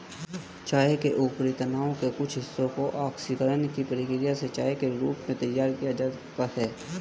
चाय के ऊपरी तने के कुछ हिस्से को ऑक्सीकरण की प्रक्रिया से चाय के रूप में तैयार किया जाता है